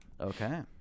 Okay